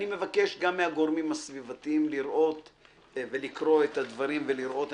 אני מבקש גם מהגורמים הסביבתיים לקרוא את הדברים ולראות.